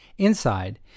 Inside